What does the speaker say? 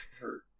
hurt